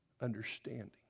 understanding